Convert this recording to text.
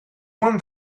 one